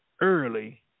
early